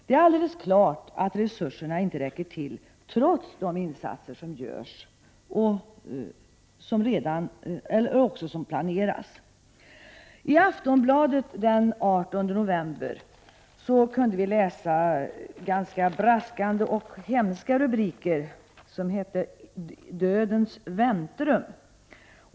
Det är alldeles klart att resurserna inte räcker till, trots de insatser som görs och de som planeras. I Aftonbladet den 18 november kunde vi läsa braskande och hemska rubriker: Dödens väntrum.